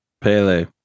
Pele